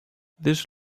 this